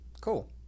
cool